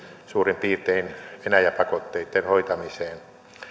suurin piirtein venäjä pakotteitten hoitamiseen